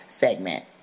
segment